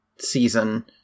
season